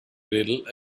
little